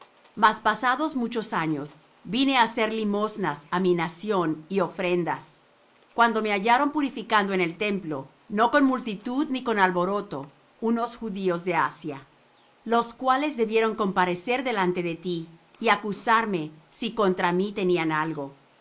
mas pasados muchos años vine á hacer limosnas á mi nación y ofrendas cuando me hallaron purificado en el templo no con multitud ni con alboroto unos judíos de asia los cuales debieron comparecer delante de ti y acusarme si contra mí tenían algo